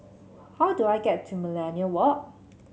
how do I get to Millenia Walk